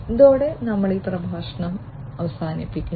ഇതോടെ ഞങ്ങൾ ഈ പ്രഭാഷണം അവസാനിപ്പിക്കും